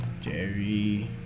Jerry